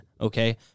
okay